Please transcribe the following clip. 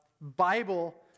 Bible